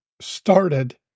started